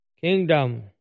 kingdom